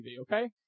okay